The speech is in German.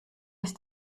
ist